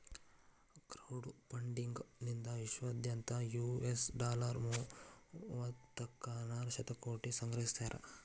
crowd funding ನಿಂದಾ ವಿಶ್ವದಾದ್ಯಂತ್ US dollar ಮೂವತ್ತನಾಕ ಶತಕೋಟಿ ಸಂಗ್ರಹಿಸ್ಯಾರ